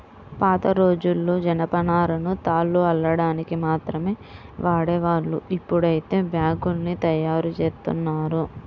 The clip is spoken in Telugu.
పాతరోజుల్లో జనపనారను తాళ్లు అల్లడానికి మాత్రమే వాడేవాళ్ళు, ఇప్పుడైతే బ్యాగ్గుల్ని గూడా తయ్యారుజేత్తన్నారు